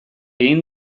egin